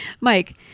Mike